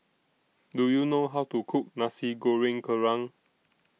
Do YOU know How to Cook Nasi Goreng Kerang